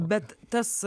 bet tas